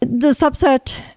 the subset,